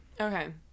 Okay